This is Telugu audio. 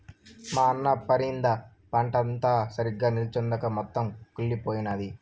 మా అన్న పరింద పంటంతా సరిగ్గా నిల్చొంచక మొత్తం కుళ్లిపోయినాది